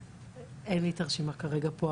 אין לי את הרשימה כרגע פה,